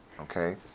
okay